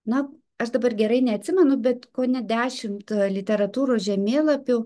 na aš dabar gerai neatsimenu bet kone dešimt literatūros žemėlapių